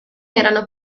erano